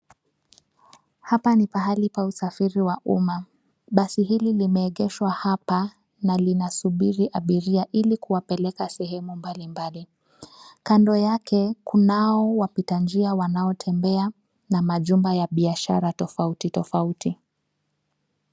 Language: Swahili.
Hapa ni pahali pa usafiri wa umma. Basi hili limeegeshwa hapa na linasubiri abiria ili kuwapeleka sehemu mbalimbali. Kando yake kunao wapitanjia wanaotembea na majumba ya biashara tofauti tofauti.